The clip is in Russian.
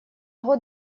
год